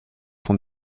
font